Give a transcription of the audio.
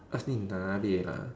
ask ni nabeh lah